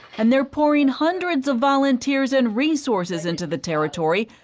and they're pouring hundreds of volunteers and resources into the territory,